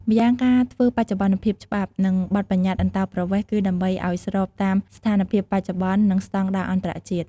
ម្យ៉ាងការធ្វើបច្ចុប្បន្នភាពច្បាប់ និងបទប្បញ្ញត្តិអន្តោប្រវេសន៍គឺដើម្បីឱ្យស្របតាមស្ថានភាពបច្ចុប្បន្ន និងស្តង់ដារអន្តរជាតិ។